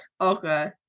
Okay